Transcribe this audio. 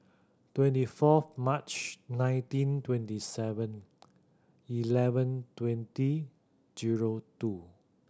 twenty fourth March nineteen twenty Seven Eleven twenty zero two